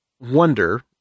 wonder